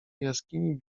jaskini